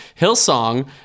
Hillsong